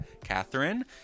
Catherine